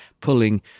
pulling